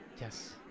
Yes